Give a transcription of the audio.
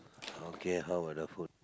okay how are the food